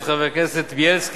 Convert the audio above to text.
חברי חברי הכנסת, חבר הכנסת בילסקי